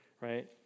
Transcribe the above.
right